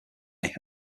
are